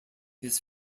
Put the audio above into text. his